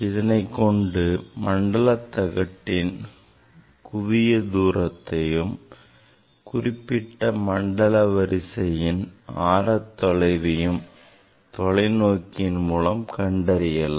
இதனைக் கொண்டு மண்டல தகட்டின் குவியத் தூரத்தையும் குறிப்பிட்ட மண்டல வரிசையின் ஆரத்தொலையும் சோதனையின் மூலம் கண்டறியலாம்